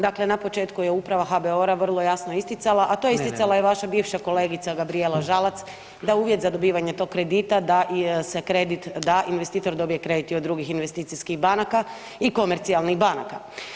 Dakle, na početku je Uprava HBOR-a vrlo jasno isticala, a to je isticala i vaša bivša kolegica Gabrijela Žalac da uvjet za dobivanje tog kredita da se kredit da investitor dobije kredit i od drugih investicijskih banaka i komercijalnih banaka.